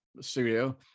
studio